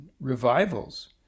revivals